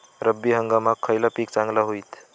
रब्बी हंगामाक खयला पीक चांगला होईत?